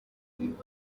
kuko